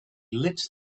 lit